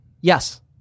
Yes